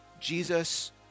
Jesus